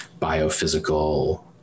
biophysical